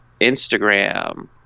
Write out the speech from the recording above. Instagram